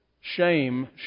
shame